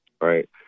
Right